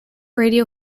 radio